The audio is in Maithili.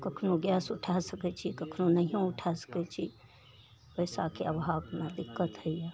कखनहु गैस उठै सकै छी कखनहु नहिओँ उठा सकै छी पइसाके अभावमे दिक्कत होइए